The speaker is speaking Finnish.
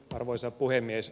arvoisa puhemies